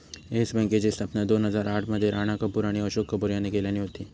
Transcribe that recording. yes बँकेची स्थापना दोन हजार आठ मध्ये राणा कपूर आणि अशोक कपूर यांनी केल्यानी होती